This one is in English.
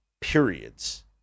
periods